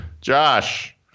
Josh